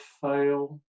fail